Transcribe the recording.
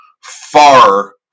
far